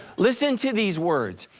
listen to these words,